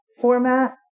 format